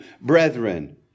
brethren